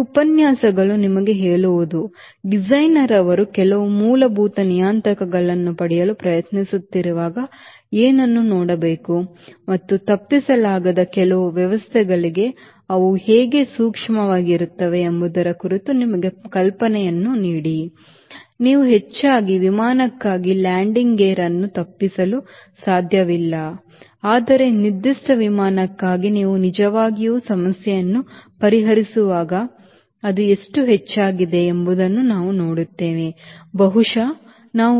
ಈ ಉಪನ್ಯಾಸಗಳು ನಿಮಗೆ ಹೇಳುವುದು ಡಿಸೈನರ್ ಅವರು ಕೆಲವು ಮೂಲಭೂತ ನಿಯತಾಂಕಗಳನ್ನು ಪಡೆಯಲು ಪ್ರಯತ್ನಿಸುತ್ತಿರುವಾಗ ಏನನ್ನು ನೋಡಬೇಕು ಮತ್ತು ತಪ್ಪಿಸಲಾಗದ ಕೆಲವು ವ್ಯವಸ್ಥೆಗೆ ಅವು ಹೇಗೆ ಸೂಕ್ಷ್ಮವಾಗಿರುತ್ತವೆ ಎಂಬುದರ ಕುರಿತು ನಿಮಗೆ ಕಲ್ಪನೆಯನ್ನು ನೀಡಿ ನೀವು ಹೆಚ್ಚಾಗಿ ವಿಮಾನಕ್ಕಾಗಿ ಲ್ಯಾಂಡಿಂಗ್ ಗೇರ್ ಅನ್ನು ತಪ್ಪಿಸಲು ಸಾಧ್ಯವಿಲ್ಲ ಆದರೆ ನಿರ್ದಿಷ್ಟ ವಿಮಾನಕ್ಕಾಗಿ ನೀವು ನಿಜವಾಗಿಯೂ ಸಮಸ್ಯೆಯನ್ನು ಪರಿಹರಿಸುವಾಗ ಅದು ಎಷ್ಟು ಹೆಚ್ಚಾಗಿದೆ ಎಂಬುದನ್ನು ನಾವು ನೋಡುತ್ತೇವೆ ಬಹುಶಃ ನಾವು